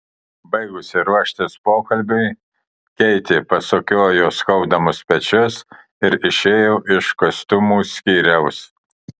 baigusi ruoštis pokalbiui keitė pasukiojo skaudamus pečius ir išėjo iš kostiumų skyriaus